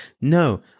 No